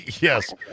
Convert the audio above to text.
Yes